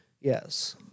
Yes